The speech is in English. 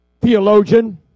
theologian